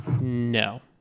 No